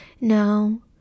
No